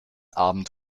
abend